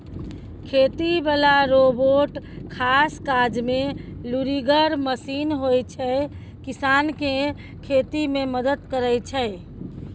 खेती बला रोबोट खास काजमे लुरिगर मशीन होइ छै किसानकेँ खेती मे मदद करय छै